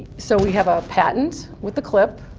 so we have a patent with the clip.